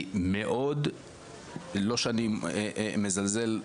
לא שאני מזלזל,